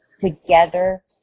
together